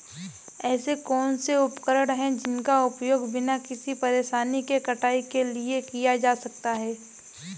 ऐसे कौनसे उपकरण हैं जिनका उपयोग बिना किसी परेशानी के कटाई के लिए किया जा सकता है?